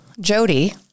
Jody